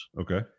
okay